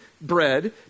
bread